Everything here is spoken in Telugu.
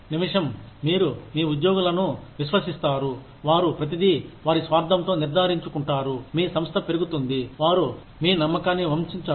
నిమిషం మీరు మీ ఉద్యోగులను విశ్వసిస్తారు వారు ప్రతిదీ వారి సామర్థ్యంతో నిర్ధారించుకుంటారు మీ సంస్థ పెరుగుతుంది వారు మీ నమ్మకాన్ని వంచించరు